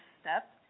step